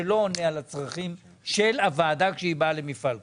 הוא לא עונה על הצרכים של הוועדה כשהיא באה למפעל כזה.